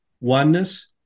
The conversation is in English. oneness